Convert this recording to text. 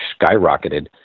skyrocketed